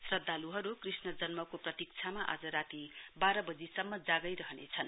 श्रद्धालुहरू कृष्ण जन्मको प्रतीक्षामा आज राती बाह्र बजीसम्म जागै रहनेछन्